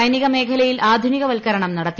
സൈനിക മേഖലയിൽ ആധുനികവത്കരണം നടത്തി